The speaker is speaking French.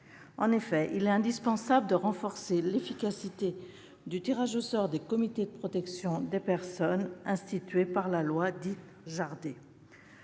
En effet, il est indispensable de renforcer l'efficacité du tirage au sort des comités de protection des personnes institué par la loi dite Jardé.